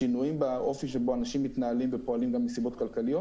שינויים באופי שבו אנשים פועלים ומתנהלים גם מסיבות כלכליות,